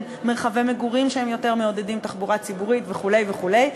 מרחבי מגורים שיותר מעודדים תחבורה ציבורית וכו' וכו'.